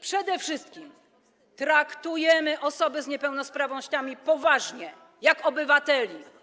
przede wszystkim traktowaliśmy osoby z niepełnosprawnościami poważnie, jak obywateli.